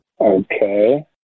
Okay